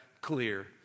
clear